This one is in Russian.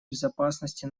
безопасности